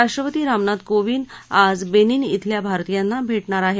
राष्ट्रपती रामनाथ कोविंद आज बेनिन इथल्या भारतीयांना भेगाार आहेत